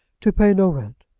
to pay no rent!